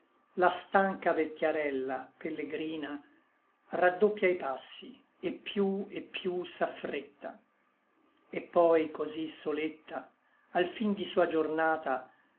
la stancha vecchiarella pellegrina raddoppia i passi et piú et piú s'affretta et poi cosí soletta al fin di sua giornata